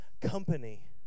company